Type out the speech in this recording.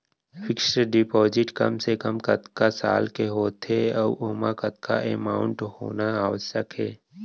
Fix deposit कम से कम कतका साल के होथे ऊ ओमा कतका अमाउंट होना आवश्यक हे?